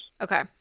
Okay